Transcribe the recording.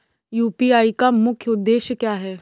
UPI का मुख्य उद्देश्य क्या है?